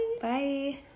Bye